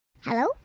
Hello